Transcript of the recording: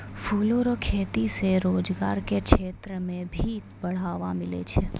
फूलो रो खेती से रोजगार के क्षेत्र मे भी बढ़ावा मिलै छै